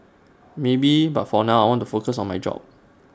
maybe but for now I want to focus on my job